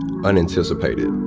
unanticipated